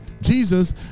Jesus